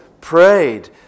prayed